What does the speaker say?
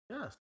Yes